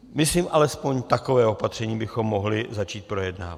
Myslím, alespoň takové opatření bychom mohli začít projednávat.